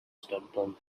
stubborn